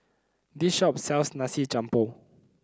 this shop sells Nasi Campur